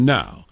now